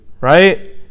right